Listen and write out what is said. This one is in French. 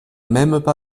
même